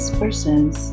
persons